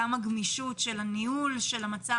גם הגמישות של הניהול של המצב,